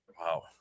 Wow